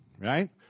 right